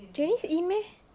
janice in meh